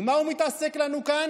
עם מה הוא מתעסק לנו כאן?